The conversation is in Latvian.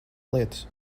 lietas